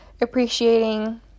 appreciating